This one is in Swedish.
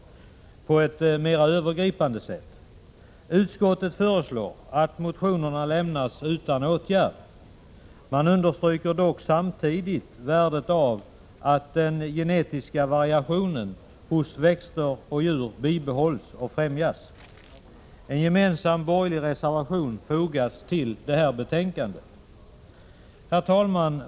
Utskottet föreslår att motionerna lämnas utan åtgärd. Man understryker dock samtidigt värdet av att den genetiska variationen hos växter och djur bibehålls och främjas. En gemensam borgerlig reservation är fogad till betänkandet. Herr talman!